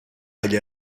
agli